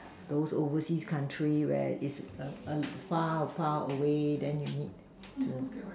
those overseas countries where its err far far away then you need to